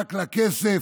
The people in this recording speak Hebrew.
רק לכסף,